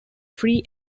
free